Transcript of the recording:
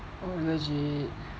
oh legit